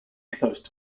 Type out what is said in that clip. close